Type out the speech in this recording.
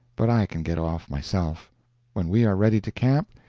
but i can get off myself when we are ready to camp,